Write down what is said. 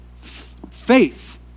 faith